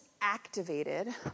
activated